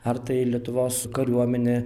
ar tai lietuvos kariuomenė